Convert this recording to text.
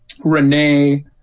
renee